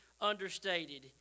understated